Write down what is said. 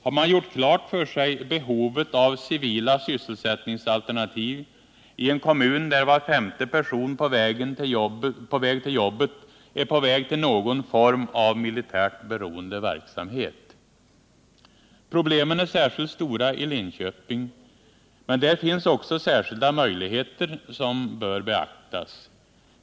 Har man gjort klart för sig behovet av civila sysselsättningsalternativ i en kommun där var femte person på väg till jobbet är på väg till någon form av militärt beroende verksamhet? Problemen är särskilt stora i Linköping, men där finns också särskilda möjligheter som bör beaktas.